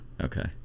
Okay